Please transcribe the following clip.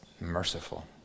merciful